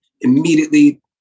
immediately